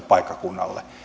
paikkakunnalle